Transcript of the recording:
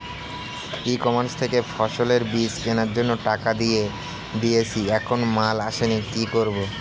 ই commerce থেকে ফসলের বীজ কেনার জন্য টাকা দিয়ে দিয়েছি এখনো মাল আসেনি কি করব?